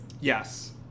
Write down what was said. Yes